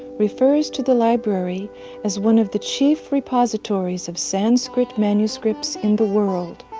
refers to the library as one of the chief repositories of sanskrit manuscripts in the world.